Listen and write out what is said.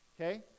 Okay